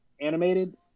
animated